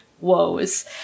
woes